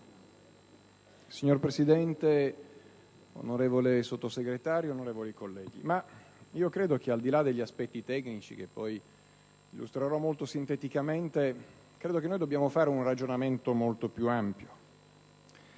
Signor Presidente, onorevole Sottosegretario, colleghi, al di là degli aspetti tecnici che poi illustrerò molto sinteticamente, credo che dobbiamo svolgere un ragionamento molto più ampio: